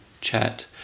chat